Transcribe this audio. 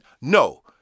No